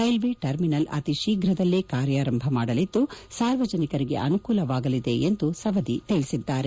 railway terminal ಅತಿ ಶೀಘದಲ್ಲೇ ಕಾರ್ಯಾರಂಭ ಮಾಡಲಿದ್ದು ಸಾರ್ವಜನಿಕರಿಗೆ ಅನುಕೂಲವಾಗಲಿದೆ ಎಂದು ಸವದಿ ತಿಳಿಸಿದ್ದಾರೆ